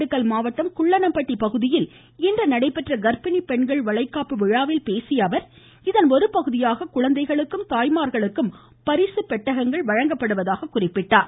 திண்டுக்கல் மாவட்டம் குள்ளனம்பட்டி பகுதியில் இன்று நடைபெற்ற கர்ப்பிணி பெண்கள் வளைகாப்பு விழாவில் பேசிய அவர் இதன் ஒருபகுதியாக குழந்தைக்கும் தாய்மார்களுக்கும் பரிசு பெட்டகம் வழங்கப்படுவதாக கூறினார்